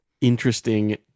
interesting